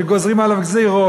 שגוזרים עליו גזירות,